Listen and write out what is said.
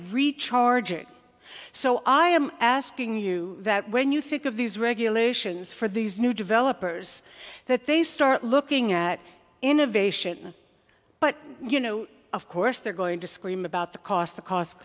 recharging so i am asking you that when you think of these regulations for these new developers that they start looking at innovation but you know of course they're going to scream about the cost the cost